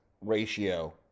ratio